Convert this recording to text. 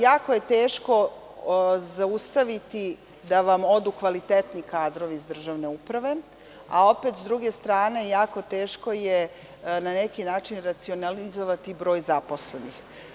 Jako je teško zaustaviti da vam odu kvalitetni kadrovi iz državne uprave, a opet, s druge strane, jako je teško na neki način racionalizovati broj zaposlenih.